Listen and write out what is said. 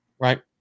right